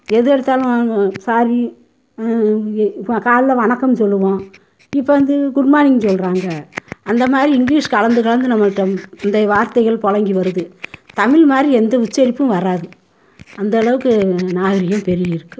எது எடுத்தாலும் சாரி இப்போ காலையில் வணக்கம்னு சொல்லுவோம் இப்போ வந்து குட் மார்னிங் சொல்லுறாங்க அந்த மாதிரி இங்கிலீஷ் கலந்து கலந்து நம்மள்கிட்ட இந்த வார்த்தைகள் புலங்கி வருது தமிழ் மாதிரி எந்த உச்சரிப்பும் வராது அந்த அளவுக்கு நாகரீகம் பெருகி இருக்கு